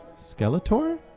Skeletor